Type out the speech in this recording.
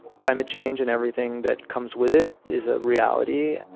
climate change and everything that comes with it is a reality.